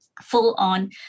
full-on